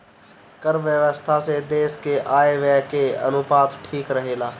कर व्यवस्था से देस के आय व्यय के अनुपात ठीक रहेला